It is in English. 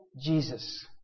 Jesus